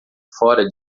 fora